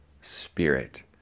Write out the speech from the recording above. spirit